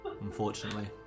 Unfortunately